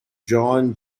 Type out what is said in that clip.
john